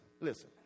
listen